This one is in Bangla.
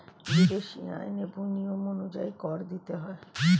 বিদেশী আইন এবং নিয়ম অনুযায়ী কর দিতে হয়